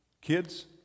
Kids